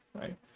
right